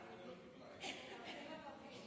מכובדי היושב-ראש,